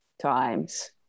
times